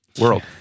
world